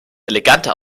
eleganter